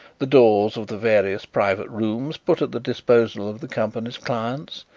the doors of the various private rooms put at the disposal of the company's clients,